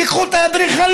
תיקחו את האדריכלים,